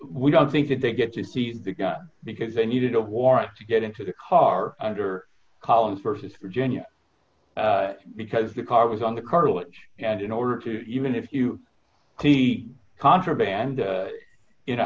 we don't think that they get to see the gun because they needed a warrant to get into the car under collins versus virginia because the car was on the cartilage and in order to even if you see contraband in a